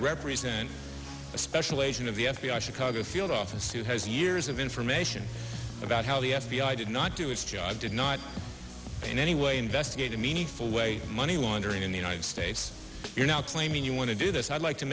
represent a special agent of the f b i chicago field office who has years of information about how the f b i did not do its job did not in any way investigate a meaningful way money wondering in the united states you're now claiming you want to do this i'd like to